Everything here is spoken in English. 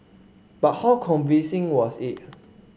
but how convincing was it